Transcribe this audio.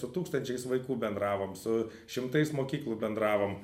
su tūkstančiais vaikų bendravom su šimtais mokyklų bendravom